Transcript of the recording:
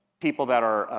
people that are,